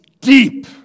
deep